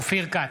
אופיר כץ,